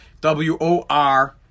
W-O-R